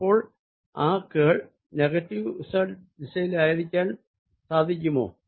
അപ്പോൾ ആ കേൾ നെഗറ്റീവ് z ദിശയിലായിരിക്കാൻ സാധിക്കുമോ